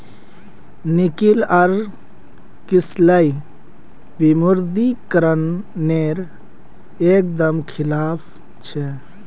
निकिल आर किसलय विमुद्रीकरण नेर एक दम खिलाफ छे